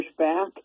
pushback